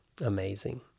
Amazing